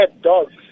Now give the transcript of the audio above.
dogs